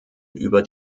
über